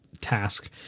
task